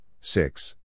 six